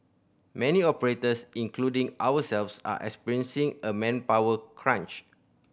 many operators including ourselves are experiencing a manpower crunch